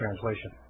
translation